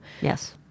Yes